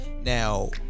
Now